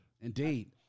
Indeed